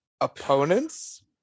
opponents